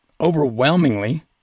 overwhelmingly